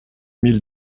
mille